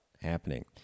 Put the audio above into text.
happening